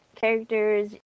characters